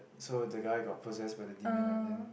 so the guy got possessed by the demon and then